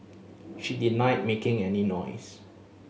she denied making any noise